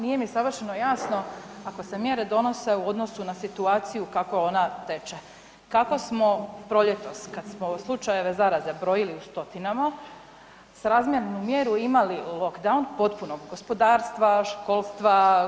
Nije mi savršeno jasno ako se mjere donose u odnosu na situaciju kako ona teče, kako smo proljetos kada smo slučajeve zaraze brojili u stotinama, srazmjernu mjeru imali lockdown potpuno gospodarstva, školstva.